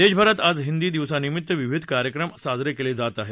देशभरात आज हिंदी दिवसानिमित्त विविध कार्यक्रम साजरे होत आहेत